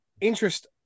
interest